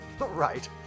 Right